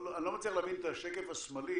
--- אני לא מצליח להבין את השקף השמאלי,